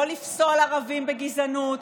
לא לפסול ערבים בגזענות,